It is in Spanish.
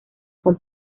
con